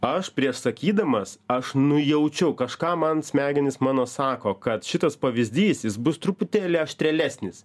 aš prieš sakydamas aš nujaučiu kažką man smegenys mano sako kad šitas pavyzdys jis bus truputėlį aštrėlesnis